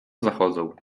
zachodzą